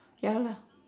ya lah